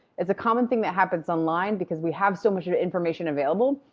it's a common thing that happens online because we have so much information available,